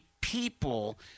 people